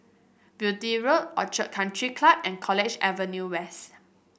Beaulieu Road Orchid Country Club and College Avenue West